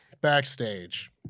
backstage